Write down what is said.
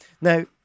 Now